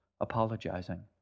apologizing